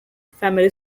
family